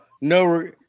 no